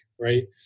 right